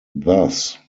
thus